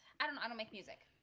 i don't i don't make music